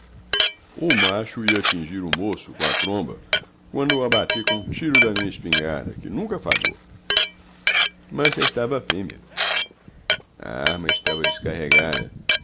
o macho ia atingir o moço com a tromba quando o abati com um tiro da minha espingarda que nunca falhou mas restava a fêmea a arma estroa descarregada